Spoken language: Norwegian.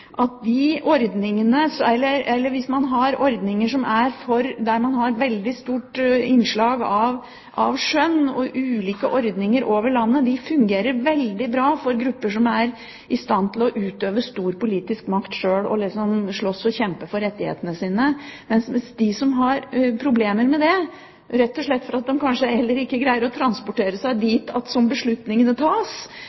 som vi en gang ble enige om. Min erfaring er at hvis det over hele landet er ulike ordninger med et veldig stort innslag av skjønn, fungerer det veldig bra for grupper som er i stand til sjøl å utøve stor politisk makt og slåss og kjempe for rettighetene sine, mens de som har problemer med det, rett og slett fordi de kanskje ikke greier å transportere seg